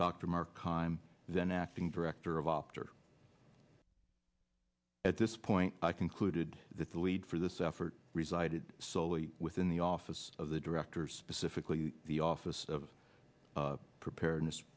hyman then acting director of opt for at this point i concluded that the lead for this effort resided solely within the office of the director specifically the office of preparedness